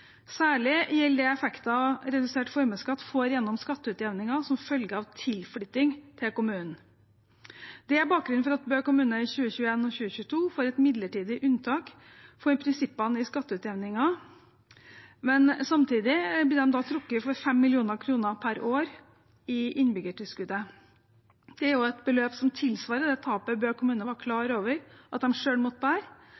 Særlig gjelder det effekten redusert formuesskatt får gjennom skatteutjevningen som følge av tilflytting til kommunen. Det er bakgrunnen for at Bø kommune i 2021 og 2022 får et midlertidig unntak for prinsippene i skatteutjevningen, men samtidig blir de da trukket for 5 mill. kr per år i innbyggertilskuddet. Det er et beløp som tilsvarer det tapet Bø kommune var